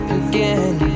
again